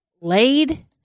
laid